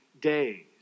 days